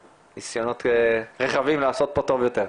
לנסיונות רחבים לעשות פה טוב יותר.